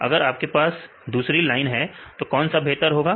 अगर आपके पास दूसरी लाइन है तो कौन सा बेहतर होगा